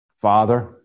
Father